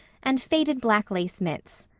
and faded black lace mits.